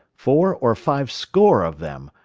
four or five score of them,